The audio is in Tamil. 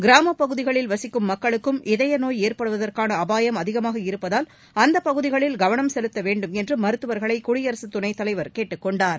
கிராமப்பகுதிகளில் வசிக்கும் மக்களுக்கும் இதய நோய் ஏற்படுவதற்கான அபாயம் அதிகமாக இருப்பதால் அந்த அபகுதிகளில் கவனம் செலுத்த அவேண்டும் என்று மருத்துவர்களை குடியரசு துணைத்தலைவர் கேட்டுக்கொண்டார்